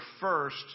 first